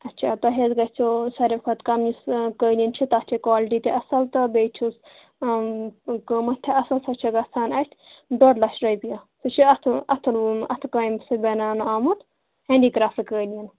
اَچھا تۄہہِ حظ گژھٮ۪و سارِوٕے کھۄتہٕ کَم یُس قٲلیٖن چھُ تَتھ چھِ کالٹی تہِ اَصٕل تہٕ بیٚیہِ چھُس قۭمَتھ تہٕ اَصٕل سۄ چھےٚ گژھان اَسہِ ڈۄڈ لَچھ رۄپیہِ سُہ چھِ اَتھٕ اَتھَن ووٗنمُت اَتھٕ کامہِ سۭتۍ بَناونہٕ آمُت ہینٛڈی کرٛافٹہٕ قٲلیٖن